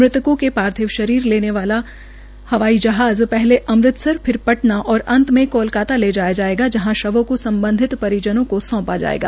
मृतकों के पार्थिव शरीर लाने वाला हवाई जहाज पहले अमृतसर फिर पटना और अंत में कोलकाता ले जाया जायेगा जहां शवों को सम्बधित परिजनों को सौंपा जाएगा